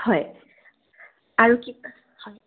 হয় আৰু কি হয়